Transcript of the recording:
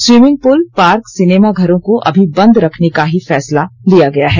swimming pool park cinema घरों को अभी बंद ही रखने का फैसला लिया गया है